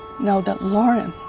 know that lauren